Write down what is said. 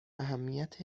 اهمیت